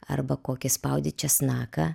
arba kokį spaudi česnaką